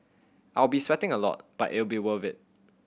I'll be sweating a lot but it'll be worth it